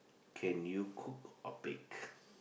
can you cook or bake